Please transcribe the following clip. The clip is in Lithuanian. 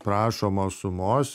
prašomos sumos